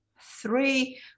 three